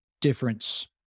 difference